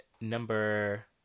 number